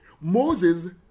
moses